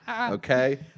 Okay